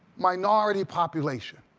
minority population.